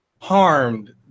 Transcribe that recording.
harmed